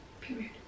period